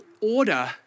order